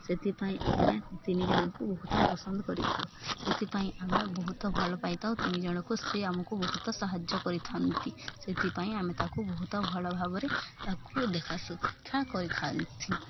ସେଥିପାଇଁ ଆମେ ତିନି ଜଣକୁ ବହୁତ ପସନ୍ଦ କରିଥାଉ ସେଥିପାଇଁ ଆମେ ବହୁତ ଭଲ ପାଇଥାଉ ତିନି ଜଣକୁ ସେ ଆମକୁ ବହୁତ ସାହାଯ୍ୟ କରିଥାନ୍ତି ସେଥିପାଇଁ ଆମେ ତାକୁ ବହୁତ ଭଲ ଭାବରେ ତାକୁ ଦେଖା ଶିକ୍ଷା କରିଥାନ୍ତି